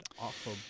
awful